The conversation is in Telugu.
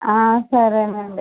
సరేనండి